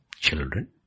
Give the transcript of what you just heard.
children